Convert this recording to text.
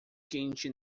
quente